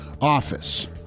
Office